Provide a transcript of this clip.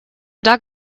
dog